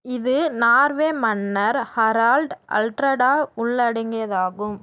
இது நார்வே மன்னர் Harald Hardrada உள்ளடங்கியதாகும்